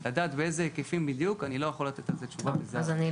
לדעת באיזה היקפים בדיוק אני לא יכול לתת על זה תשובה בזה הרגע.